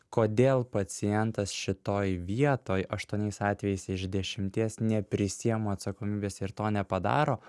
kodėl pacientas šitoj vietoj aštuoniais atvejais iš dešimties neprisiima atsakomybės ir to nepadaro